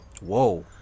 Whoa